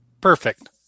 Perfect